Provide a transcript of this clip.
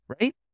Right